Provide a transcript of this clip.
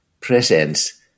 presence